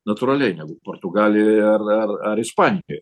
natūraliai portugalijoje ar ar ar ispanijoj